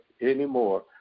anymore